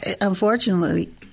unfortunately